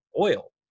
oil